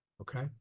okay